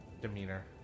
demeanor